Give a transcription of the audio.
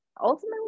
ultimately